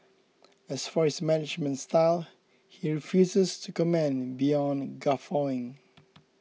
as for his management style he refuses to comment beyond guffawing